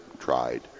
tried